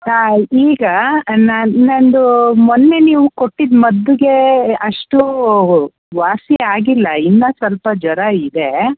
ಹಾಂ ನೀವೀಗ ನಾನು ನನ್ನದು ಮೊನ್ನೆ ನೀವು ಕೊಟ್ಟಿದ್ದ ಮದ್ದಿಗೆ ಅಷ್ಟು ವಾಸಿ ಆಗಿಲ್ಲ ಇನ್ನೂ ಸ್ವಲ್ಪ ಜ್ವರ ಇದೆ